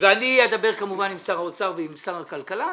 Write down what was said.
ואני אדבר כמובן עם שר האוצר ועם שר הכלכלה.